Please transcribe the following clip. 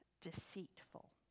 deceitful